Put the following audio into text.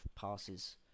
passes